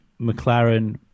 McLaren